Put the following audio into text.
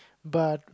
but